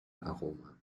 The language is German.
aroma